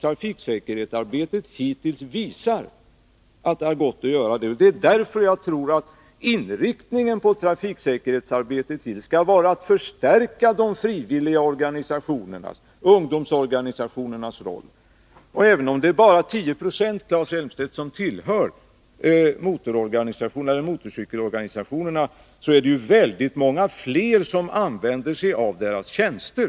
Trafiksäkerhetsarbetet hittills visar att det har gått. Därför tror jag att inriktningen på trafiksäkerhetsarbetet skall vara att förstärka de frivilliga organisationernas och ungdomsorganisationernas roll. Även om det bara är 10 96, Claes Elmstedt, som tillhör motororganisationerna eller motorcykelorganisationerna, är det ju väldigt många fler som använder deras tjänster.